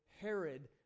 Herod